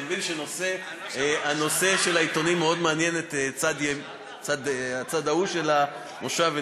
אני מבין שהנושא של העיתונים מאוד מעניין את הצד ההוא של המושב,